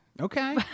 okay